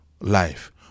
life